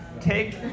take